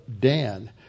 Dan